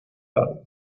tarde